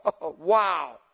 Wow